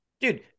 Dude